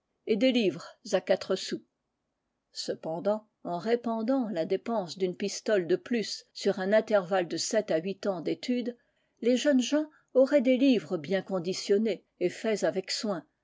et des livres à quatre sous cependant en répandant la dépense d'une pistole de plus sur un intervalle de sept à huit ans d'étude les jeunes gens auraient des livres bien conditionnés et faits avec soin